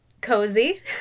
cozy